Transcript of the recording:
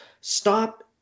Stop